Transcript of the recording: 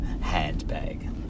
handbag